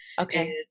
Okay